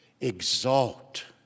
exalt